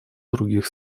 других